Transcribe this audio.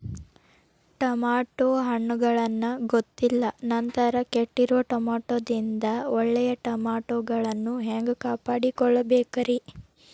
Tomato ಹಣ್ಣುಗಳನ್ನ ಗೊತ್ತಿಲ್ಲ ನಂತರ ಕೆಟ್ಟಿರುವ ಟಮಾಟೊದಿಂದ ಒಳ್ಳೆಯ ಟಮಾಟೊಗಳನ್ನು ಹ್ಯಾಂಗ ಕಾಪಾಡಿಕೊಳ್ಳಬೇಕರೇ?